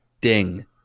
ding